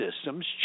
systems